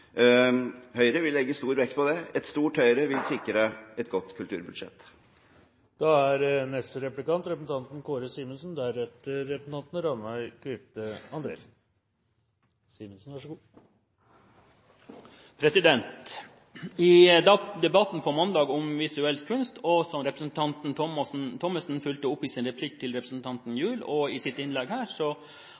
Høyre vil legge stor vekt på det. Et stort Høyre vil sikre et godt kulturbudsjett. Etter debatten på mandag om visuell kunst, som representanten Thommessen fulgte opp i sin replikk til representanten Gjul og i sitt innlegg her,